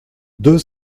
deux